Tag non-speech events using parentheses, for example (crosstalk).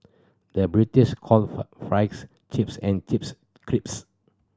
the British calls far (unintelligible) chips and chips crisps